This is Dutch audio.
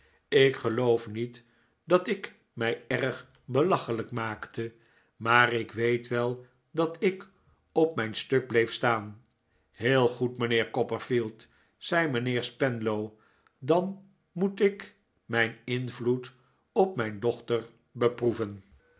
ik geloof niet dat ik mij erg belachelijk maakte maar ik weet wel dat ik op mijn stuk bleef staan heel goed mijnheer copperfield zei mijnheer spenlow dan moet ik mijn invloed op mijn dochter beproeven